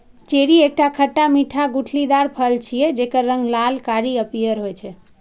cherry एकटा खट्टा मीठा गुठलीदार फल छियै, जेकर रंग लाल, कारी आ पीयर होइ छै